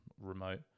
remote